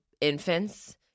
infants